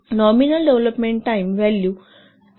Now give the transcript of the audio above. nominal development time value 2